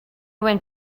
went